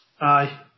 Aye